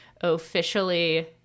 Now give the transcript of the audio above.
officially